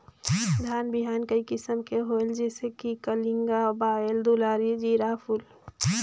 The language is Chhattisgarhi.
धान बिहान कई किसम के होयल जिसे कि कलिंगा, बाएल दुलारी, जीराफुल?